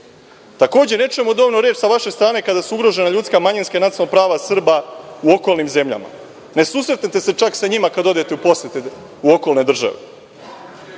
ne čujemo dovoljno reči sa vaše strane kada su ugrožena ljudska, manjinska i nacionalna prava Srba u okolnim zemljama. Ne susretne te se čak sa njima kad odete u posete u okolne države.